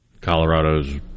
Colorado's